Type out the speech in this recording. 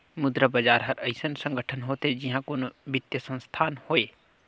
मुद्रा बजार हर अइसन संगठन होथे जिहां कोनो बित्तीय संस्थान होए